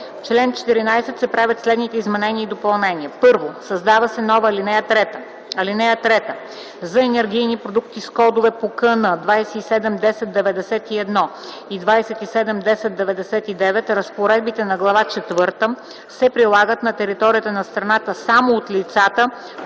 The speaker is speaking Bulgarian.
чл. 14 се правят следните изменения и допълнения: 1. Създава се нова ал. 3: „(3) За енергийни продукти с кодове по КН 2710 91 и 2710 99 разпоредбите на Глава четвърта се прилагат на територията на страната само от лицата,